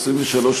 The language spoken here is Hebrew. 23,